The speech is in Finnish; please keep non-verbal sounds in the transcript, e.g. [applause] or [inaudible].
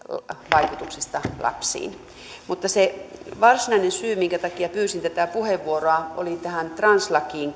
vaikutuksista lapsiin mutta se varsinainen syy minkä takia pyysin tätä puheenvuoroa oli tähän translakiin [unintelligible]